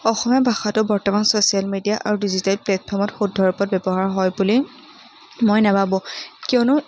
অসমীয়া ভাষাটো বৰ্তমান social media আৰু ডিজিটেল প্লেটফৰ্মত শুদ্ধ ৰূপত ব্যৱহাৰ হয় বুলি মই নাভাবোঁ কিয়নো